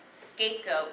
scapegoat